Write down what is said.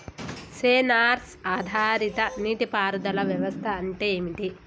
Censor ఆధారిత నీటి పారుదల వ్యవస్థ అంటే ఏమిటి?